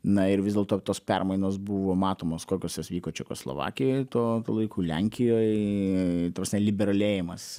na ir vis dėlto tos permainos buvo matomos kokios jos vyko čekoslovakijoje tuo laiku lenkijoj ta prasme liberalėjimas